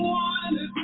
one